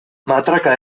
matraka